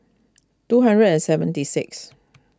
two hundred and seventy six